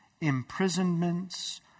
imprisonments